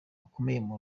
bakomeye